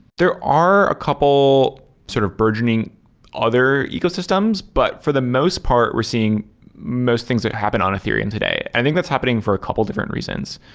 there are a couple sort of burgeoning other ecosystems, but for the most part we're seeing most things that happen on ethereum today. i think that's happening for a couple of different reasons.